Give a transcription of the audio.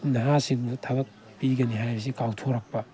ꯅꯍꯥꯁꯤꯡꯗꯨ ꯊꯕꯛ ꯄꯤꯒꯅꯤ ꯍꯥꯏꯕꯁꯤ ꯀꯥꯎꯊꯣꯔꯛꯄ